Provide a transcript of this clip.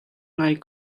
ngai